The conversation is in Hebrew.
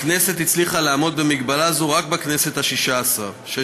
הכנסת הצליחה לעמוד במגבלה זו רק בכנסת השש-עשרה,